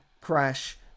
crash